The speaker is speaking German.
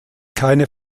keine